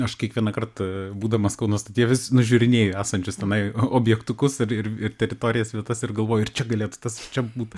aš kiekvieną kartą būdamas kauno stotyje vis nužiūrinėju esančius tenai objektukus ir ir ir teritorijos vietas ir galvoju ar čia galėtų tas čia būtų